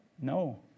No